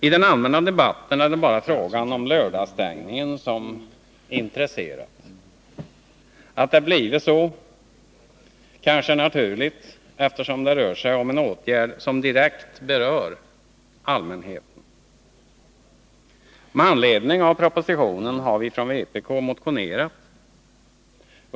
I den allmänna debatten är det bara frågan om lördagsstängningen som intresserat. Att det blivit så kanske är naturligt, eftersom det rör sig om en åtgärd som direkt berör allmänheten. Med anledning av propositionen har vi från vpk motionerat.